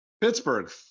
Pittsburgh